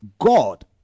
God